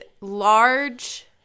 large